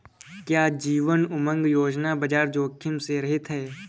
क्या जीवन उमंग योजना बाजार जोखिम से रहित है?